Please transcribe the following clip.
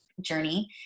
journey